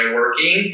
working